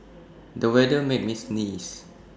the weather made me sneeze